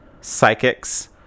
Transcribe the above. psychics